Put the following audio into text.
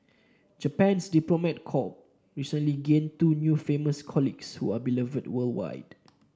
Japan's diplomat corp recently gained two new famous colleagues who are beloved worldwide